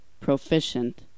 Proficient